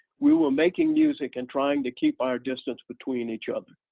we were making music, and trying to keep our distance between each other.